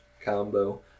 combo